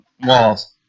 walls